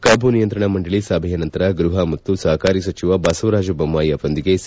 ಕಬ್ಬು ನಿಯಂತ್ರಣ ಮಂಡಳಿ ಸಭೆಯ ನಂತರ ಗ್ವಹ ಮತ್ತು ಸಹಕಾರ ಸಚಿವ ಬಸವರಾಜ ಬೊಮ್ಬಾಯಿ ಅವರೊಂದಿಗೆ ಸಿ